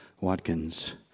Watkins